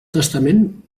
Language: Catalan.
testament